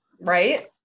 Right